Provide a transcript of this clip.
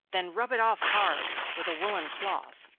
then rub it off hard, with a woollen cloth.